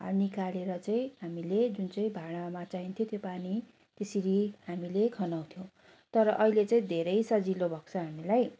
निकालेर चाहिँ हामीले जुन चाहिँ भाँडामा चाहिन्थ्यो त्यो पानी त्यसरी हामीले खनाउँथ्यौँ तर अहिले चाहिँ धेरै सजिलो भएको हामीलाई